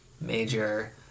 major